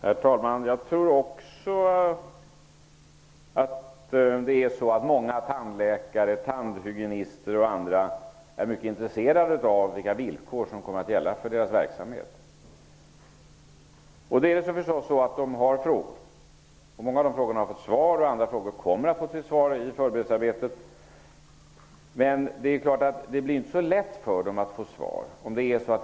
Herr talman! Jag tror också att många tandläkare, tandhygienister och andra är mycket intresserade av att veta vilka villkor som kommer att gälla för deras verksamhet. De har förstås frågor. Många av frågorna har besvarats. Andra frågor kommer att få sitt svar i förberedelsearbetet. I det här fallet är det inte så lätt för dessa människor att få svar.